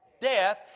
Death